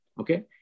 Okay